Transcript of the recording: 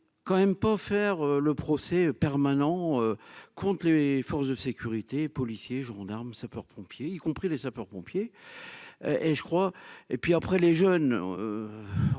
quand même pas faire le procès permanent contre les forces de sécurité, policiers, gendarmes, sapeurs-pompiers, y compris les sapeurs-pompiers et je crois et puis après les jeunes